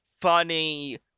funny